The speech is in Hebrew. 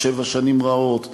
"שבע שנים רעות",